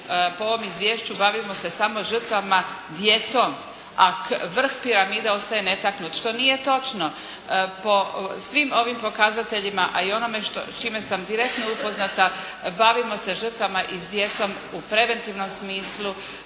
po ovom Izvješću bavimo se samo žrtvama, djecom, a vrh piramide ostaje netaknut. Što nije točno. Po svim ovim pokazateljima a i onome s čime sam direktno upoznata bavimo se žrtvama i djecom u preventivnom smislu